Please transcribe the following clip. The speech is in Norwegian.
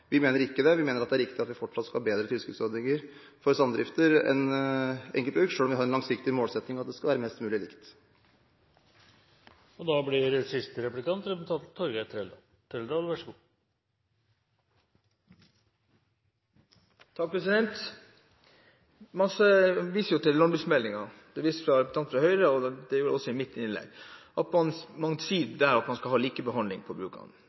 Vi mener ikke det. Vi mener at det er riktig at vi fortsatt skal ha bedre tilskuddsordninger for samdrifter enn for enkeltbruk, selv om vi har en langsiktig målsetning om at det skal være mest mulig likt. Man viser til landbruksmeldingen. Det gjorde representanten fra Høyre, og det gjorde jeg også i mitt innlegg. Man sier der at man skal ha likebehandling mellom brukene. Man sier også at man skal ha mer matproduksjon. På mitt forrige spørsmål svarte ministeren at man